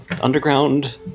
underground